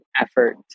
effort